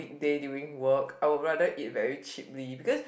big day during work I would rather eat very cheaply because